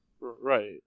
right